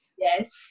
Yes